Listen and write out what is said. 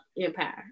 Empire